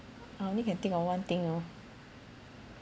I only can think of one thing oh